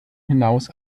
hinaus